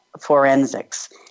Forensics